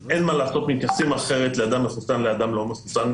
אנחנו מתייחסים אחרת לאדם מחוסן ולאדם לא מחוסן.